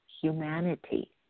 humanity